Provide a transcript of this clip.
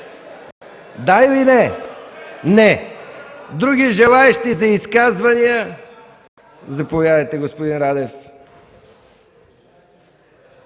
Да или не? Не! Други желаещи за изказвания? Заповядайте, господин Радев.